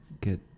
get